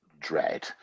dread